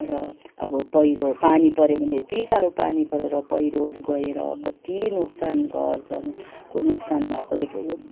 र अब पहिरो पानी पऱ्यो भने एति साह्रो पानी परेर पहिरो गएर कति नोक्सान घर जनको नोक्सान भएकोले